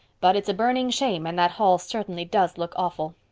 but it's a burning shame and that hall certainly does look awful.